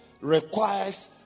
Requires